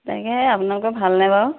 তাকে আপোনালোকৰ ভালনে বাৰু